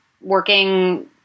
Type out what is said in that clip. working